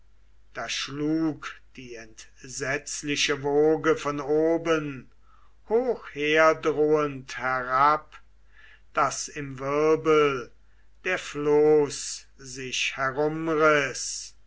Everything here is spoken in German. da schlug die entsetzliche woge von oben hochherdrohend herab daß im wirbel der floß sich